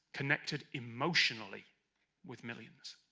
connected emotionally with millions